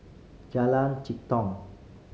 Jalan Jitong